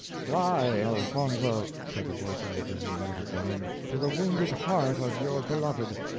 fly, elfonzo, said the voices of his united band, to the wounded heart of your beloved.